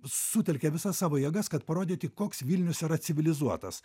sutelkia visas savo jėgas kad parodyti koks vilnius yra civilizuotas